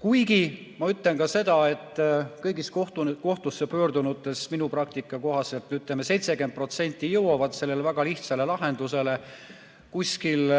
Kuigi ma ütlen ka seda, et kõigist kohtusse pöördunutest minu praktika kohaselt 70% jõuavad sellele väga lihtsale lahendusele, kuskil